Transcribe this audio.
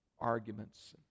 arguments